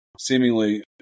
seemingly